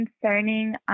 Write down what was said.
concerning